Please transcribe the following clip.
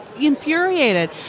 infuriated